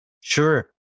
Sure